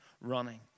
running